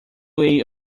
way